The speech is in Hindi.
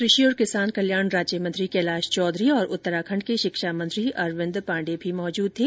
कृषि और किसान कल्याण राज्य मंत्री कैलाश चौधरी और उत्तराखंड के शिक्षा मंत्री अरविंद पांडे भी मौजूद थे